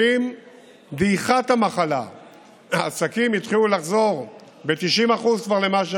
עם דעיכת המחלה העסקים התחילו לחזור ב-90% למה שהיו,